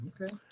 okay